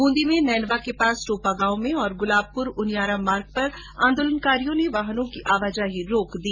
बृंदी में नैनवा के पास टोपा गांव में और गुलाबपुरा उनियारा मार्ग पर आंदोलनकारियों ने वाहनों की आवाजाही रोक दी